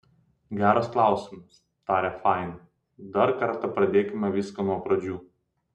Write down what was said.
geras klausimas tarė fain dar kartą pradėkime viską nuo pradžių